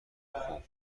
خوب